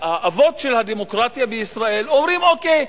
האבות של הדמוקרטיה בישראל אומרים: אוקיי,